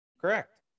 Correct